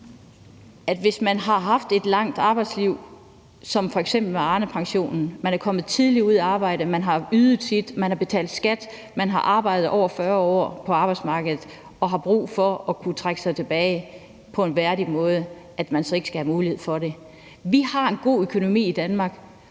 at hvis man har haft et langt arbejdsliv – som f.eks. med Arnepensionen – man er kommet tidligt ud at arbejde, man har ydet deres, man har betalt skat, man har arbejdet over 40 år på arbejdsmarkedet og har brug for at kunne trække sig tilbage på en værdig måde, skal man ikke have mulighed for det. Vi har en god økonomi i Danmark,